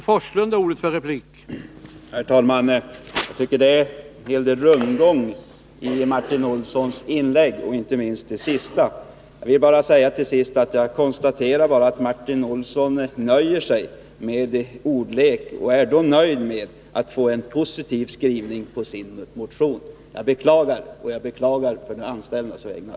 Herr talman! Jag tycker att det är en hel del rundgång i Martin Olssons inlägg, inte minst i det senaste. Till sist vill jag bara konstatera att Martin Olsson nöjer sig med ordlek. Han är nöjd med att få en positiv skrivning med anledning av sin motion. Jag beklagar detta å de anställdas vägnar.